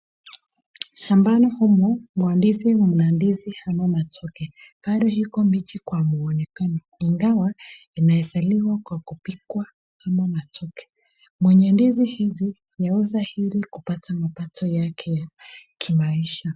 Shambani humu mwa ndizi kuna ndizi au matoke. Bado iko mbichi kwa muonekano ingawa inaeza liwa kwa kupikwa kama matoke. Mwenye ndizi hizi ameuza ili kupata mapato yake ya kimaisha.